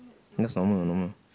just normal err normal